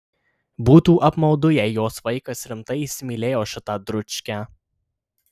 būtų apmaudu jeigu jos vaikas rimtai įsimylėjo šitą dručkę